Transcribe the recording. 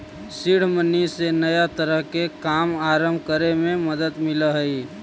seed money से नया तरह के काम आरंभ करे में मदद मिलऽ हई